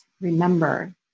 remember